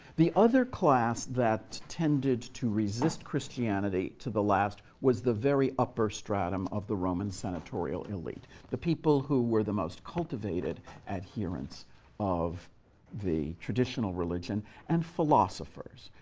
the other class that tended to resist christianity to the last was the very upper stratum of the roman senatorial elite the people who were the most cultivated adherents of the traditional religion and philosophers,